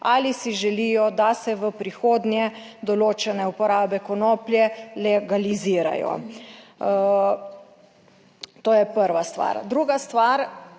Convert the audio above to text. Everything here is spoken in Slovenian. ali si želijo, da se v prihodnje določene uporabe konoplje legalizirajo. To je prva stvar. Druga stvar.